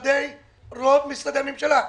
התקציב של רוב משרדי הממשלה.